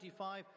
25